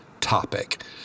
topic